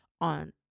on